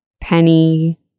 Penny